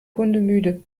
hundemüde